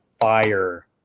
fire